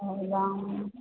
ಹೌದಾ